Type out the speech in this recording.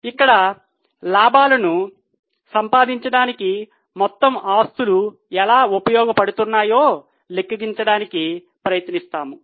ఇక్కడ లాభాలను సంపాదించడానికి మొత్తం ఆస్తులు ఎలా ఉపయోగించబడుతున్నాయో లెక్కించడానికి ప్రయత్నిస్తాము